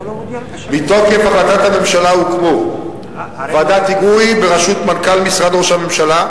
מתוקף החלטת הממשלה הוקמו ועדת היגוי בראשות מנכ"ל משרד ראש הממשלה,